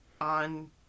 on